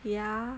ya